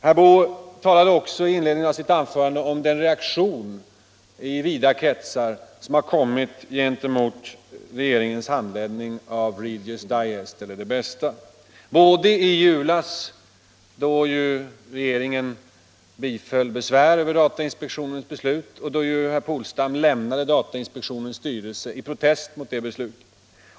Herr Boo talade i inledningen av sitt anförande också om reaktionen 1 vida kretsar mot regeringens handläggning av Readers Digest eller Det Bästa, både i julas, då regeringen b:föll besvär över datainspektionens beslut och herr Polstam lämnade datainspektionens styrelse i protest mot beslutet.